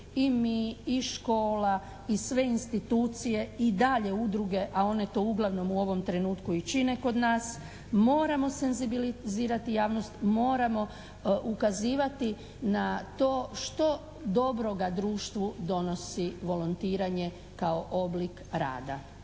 i mi i škola i sve institucije i dalje udruge, a one uglavnom u ovom trenutku i čine kod nas moramo senzibilizirati javnost, moramo ukazivati na to što dobroga društvu donosi volontiranje kao oblik rada.